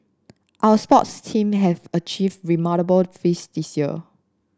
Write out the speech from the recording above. our sports team have achieved remarkable feat this year